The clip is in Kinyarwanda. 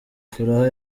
furaha